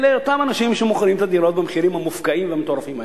אלה אותם אנשים שמוכרים את הדירות במחירים המופקעים והמטורפים האלה.